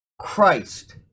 Christ